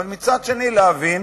אבל מצד שני להבין